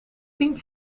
tien